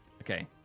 Okay